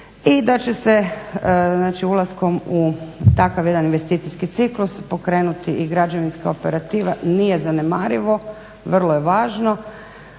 I da će se, znači ulaskom u takav jedan investicijski ciklus pokrenuti i građevinska operativa. Nije zanemarivo, vrlo je važno.